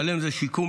של"מ זה שיקום,